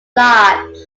large